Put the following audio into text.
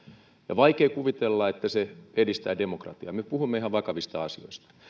ja on vaikea kuvitella että se edistää demokratiaa me puhumme ihan vakavista asioista